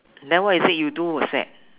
then what is it you do will sweat